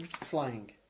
flying